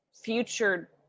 future